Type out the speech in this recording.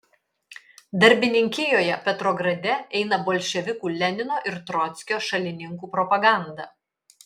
darbininkijoje petrograde eina bolševikų lenino ir trockio šalininkų propaganda